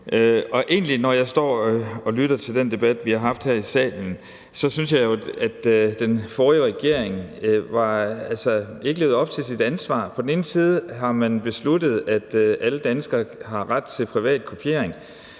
står og lytter til den debat, vi har haft her i salen, så synes jeg jo, at den forrige regering ikke levede op til sit ansvar. På den ene side har man besluttet, at alle danskere har ret til privatkopiering,